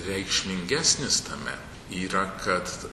reikšmingesnis tame yra kad